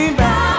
back